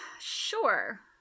sure